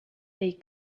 they